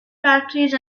factories